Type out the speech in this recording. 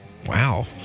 Wow